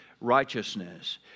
Righteousness